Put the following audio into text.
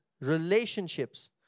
relationships